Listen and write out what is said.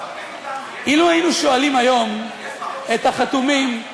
אילו היינו שואלים היום את החתומים,